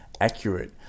accurate